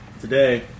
Today